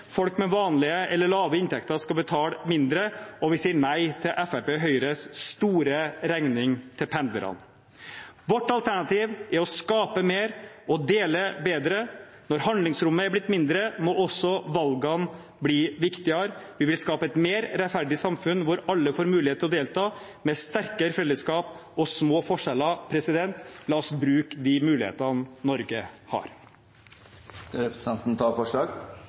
Folk med vanlige eller lave inntekter skal betale mindre. Vi sier nei til Fremskrittspartiet og Høyres store regning til pendlerne. Vårt alternativ er å skape mer og dele bedre. Når handlingsrommet er blitt mindre, må også valgene bli viktigere. Vi vil skape et mer rettferdig samfunn, hvor alle får mulighet til å delta, med sterkere fellesskap og små forskjeller. La oss bruke de mulighetene Norge har. Jeg tar opp det forslaget Arbeiderpartiet har fremmet. Representanten Trond Giske har tatt opp